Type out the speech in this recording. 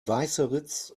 weißeritz